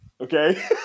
Okay